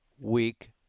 week